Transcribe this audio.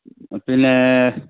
പിന്നെ